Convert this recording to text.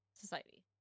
Society